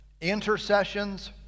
intercessions